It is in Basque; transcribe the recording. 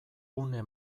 gune